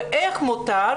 ואיך מותר,